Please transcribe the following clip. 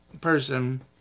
person